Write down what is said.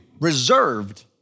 reserved